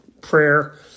prayer